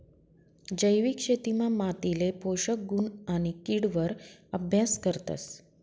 जैविक शेतीमा मातीले पोषक गुण आणि किड वर अभ्यास करतस